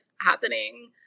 happening